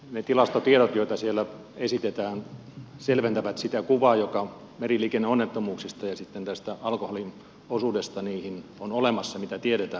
ne tilastotiedot joita siellä esitetään selventävät sitä kuvaa joka meriliikenneonnettomuuksista ja sitten tästä alkoholin osuudesta niihin on olemassa mitä tiedetään